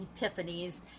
epiphanies